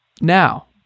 Now